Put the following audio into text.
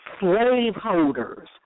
slaveholders